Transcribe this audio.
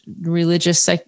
religious